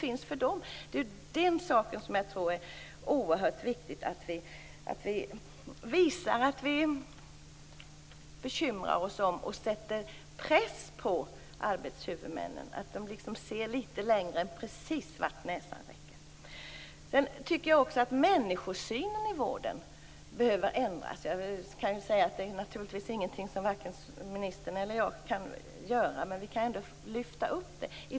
I den saken är det oerhört viktigt att vi visar att vi bekymrar oss och sätter press på arbetshuvudmännnen så att de ser litet längre än precis vart näsan räcker. Jag tycker också att människosynen i vården behöver ändras. Det är naturligtvis ingenting som vare sig ministern eller jag kan göra någonting åt, men vi kan lyfta fram det.